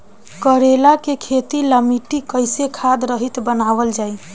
करेला के खेती ला मिट्टी कइसे खाद्य रहित बनावल जाई?